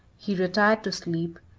he retired to sleep,